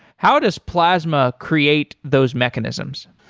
how does plasma create those mechanisms?